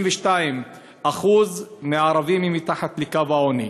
כ-52% ערבים מתחת לקו העוני.